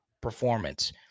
performance